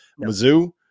Mizzou